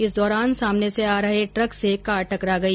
इस दौरान सामने से आ रहे ट्रक से कार टकरा गई